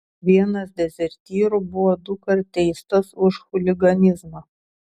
vienas dezertyrų buvo dukart teistas už chuliganizmą